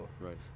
right